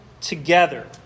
together